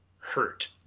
hurt